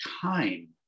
time